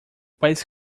país